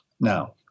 Now